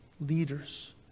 leaders